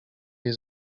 jej